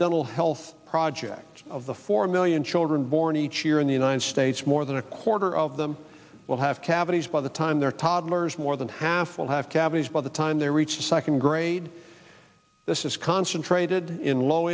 dental health project of the four million children born each year in the united states more than a quarter of them will have cavities by the time their toddlers more than half will have cavities by the time they reach the second grade this is concentrated in low